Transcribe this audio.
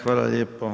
Hvala lijepo.